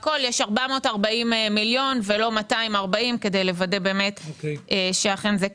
440 מיליון ולא 240 כדי לוודא שאכן זה כך,